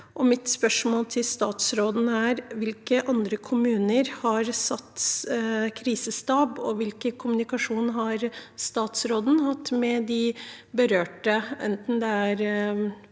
Mitt spørsmål til statsråden er: Hvilke andre kommuner har satt krisestab, og hvilken kommunikasjon har statsråden hatt med de berørte, enten det er